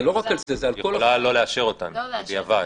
היא יכולה לא לאשר אותן בדיעבד.